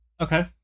Okay